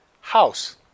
house